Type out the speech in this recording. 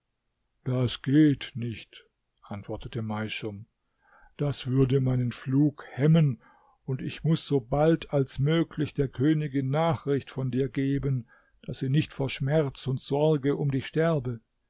das geht nicht antwortete meischum das würde meinen flug hemmen und ich muß so bald als möglich der königin nachricht von dir geben daß sie nicht vor schmerz und sorge um dich sterbe